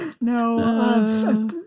No